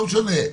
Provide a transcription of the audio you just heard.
לא משנה,